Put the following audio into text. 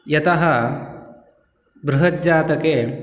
यतः बृहज्जातके